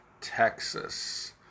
Texas